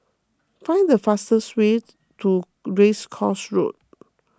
find the fastest way to Race Course Road